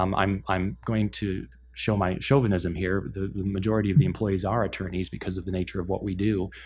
um i'm i'm going to show my chauvinism here. the majority of the employees are attorneys, because of the nature of what we do.